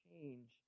change